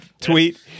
tweet